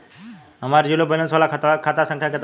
हमार zero balance वाला खतवा के खाता संख्या केतना बा?